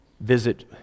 visit